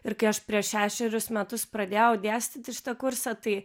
ir kai aš prieš šešerius metus pradėjau dėstyti šitą kursą tai